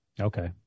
Okay